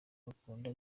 bakunda